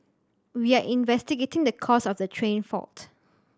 we are investigating the cause of the train fault